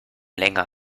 länger